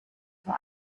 vor